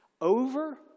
over